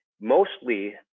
Mostly